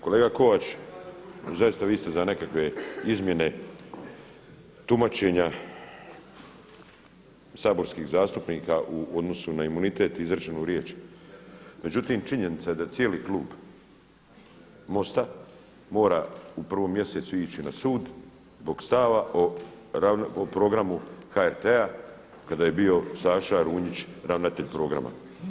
Kolega Kovač, zaista vi ste za nekakve izmjene tumačenja saborskih zastupnika u odnosu na imunitet i izrečenu riječ, međutim činjenica je da cijeli klub MOST-a mora u 1. mjesecu ići na sud zbog stava o programu HRT-a kada je bio Saša Runjić ravnatelj programa.